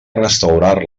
restaurar